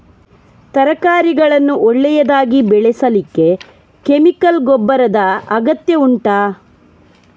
ತರಕಾರಿಗಳನ್ನು ಒಳ್ಳೆಯದಾಗಿ ಬೆಳೆಸಲಿಕ್ಕೆ ಕೆಮಿಕಲ್ ಗೊಬ್ಬರದ ಅಗತ್ಯ ಉಂಟಾ